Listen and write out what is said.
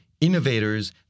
innovators